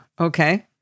Okay